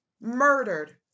murdered